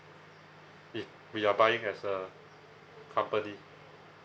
if we are buying as a company